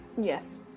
Yes